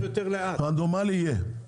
רנדומלי יהיה,